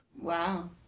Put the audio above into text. Wow